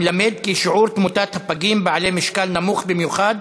המלמד כי שיעור תמותת הפגים בעלי משקל נמוך במיוחד,